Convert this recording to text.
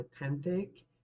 authentic